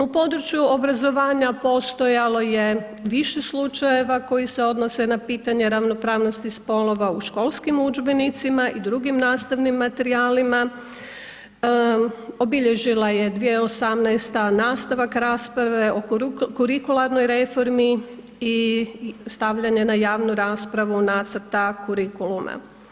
U području obrazovanja postojalo više slučajeva koji se odnose na pitanja ravnopravnosti spolova u školskim udžbenicima i drugim nastavnim materijalima, obilježila je 2018. nastavak rasprave o kurikularnoj reformi i stavljanje na javnu raspravu nacrta kurikuluma.